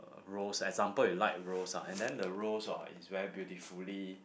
uh rose example you like rose ah and then the rose ah is very beautifully